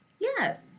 Yes